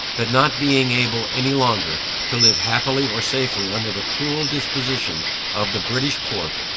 that not being able, any longer, to live happily or safely under the cruel disposition of the british court,